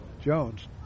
Jones